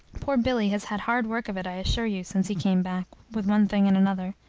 poor billy has had hard work of it, i assure you, since he came back, with one thing and another.